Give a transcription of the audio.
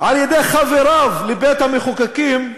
על-ידי חבריו לבית-המחוקקים,